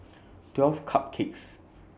twelve Cupcakes